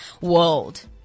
world